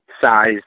size